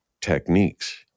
techniques